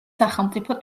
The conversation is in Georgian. სახელმწიფო